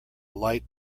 light